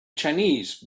chinese